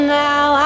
now